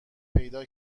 پیدا